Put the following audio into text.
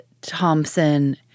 Thompson